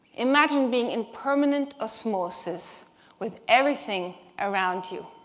imagine being in permanent osmosis with everything around you.